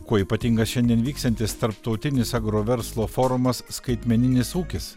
kuo ypatingas šiandien vyksiantis tarptautinis agroverslo forumas skaitmeninis ūkis